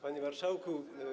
Panie Marszałku!